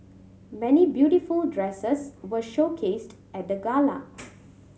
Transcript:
many beautiful dresses were showcased at the gala